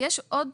יש עוד